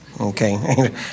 Okay